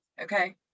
Okay